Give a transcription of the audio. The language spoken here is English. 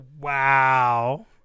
Wow